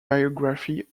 biography